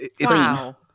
Wow